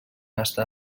estar